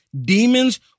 Demons